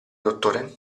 dottore